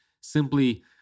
Simply